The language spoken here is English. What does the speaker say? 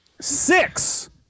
Six